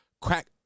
Crack